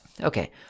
okay